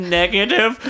negative